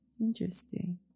Interesting